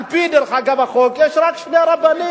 על-פי החוק, דרך אגב, יש רק שני רבנים.